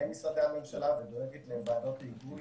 משרדי הממשלה ודואגת לוועדות היגוי